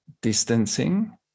distancing